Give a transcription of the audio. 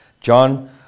John